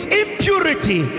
impurity